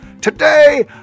Today